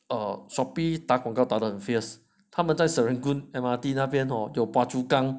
ah Shopee 打广告打的很 fierce 他们在 serangoon M_R_T 那边 hor 有 phuachukang